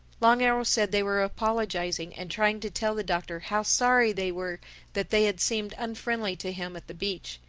long arrow said they were apologizing and trying to tell the doctor how sorry they were that they had seemed unfriendly to him at the beach.